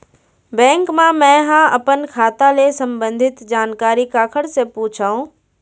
Bank मा मैं ह अपन खाता ले संबंधित जानकारी काखर से पूछव?